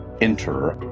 enter